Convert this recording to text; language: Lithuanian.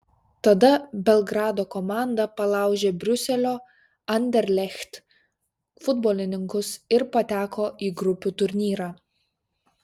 tada belgrado komanda palaužė briuselio anderlecht futbolininkus ir pateko į grupių turnyrą